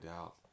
out